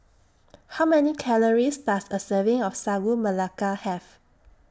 How Many Calories Does A Serving of Sagu Melaka Have